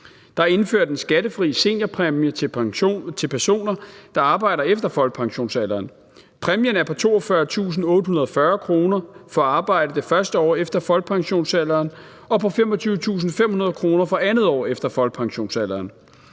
Der er indført en skattefri seniorpræmie til personer, der arbejder efter folkepensionsalderen. Præmien er på 42.840 kr. for at arbejde det første år efter folkepensionsalderen og på 25.500 kr. for andet år efter folkepensionsalderen.